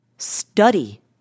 study